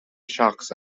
شخص